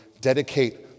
dedicate